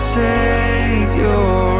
savior